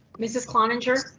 mrs. kline injure,